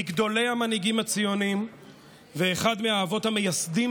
מגדולי המנהיגים הציוניים ואחד מהאבות המייסדים